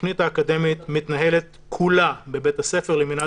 התכנית האקדמית מתנהלת כולה בבית הספר למינהל